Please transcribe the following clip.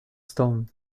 stone